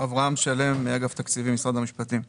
אברהם שלם, מאגף תקציבים במשרד המשפטים.